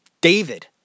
David